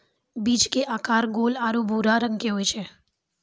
बीज के आकार गोल आरो भूरा रंग के होय छै